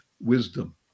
wisdom